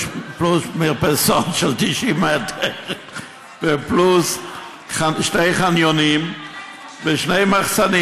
מרפסות של 90 מטר ופלוס שני חניונים ושני מחסנים.